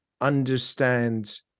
understand